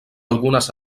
algunes